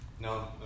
No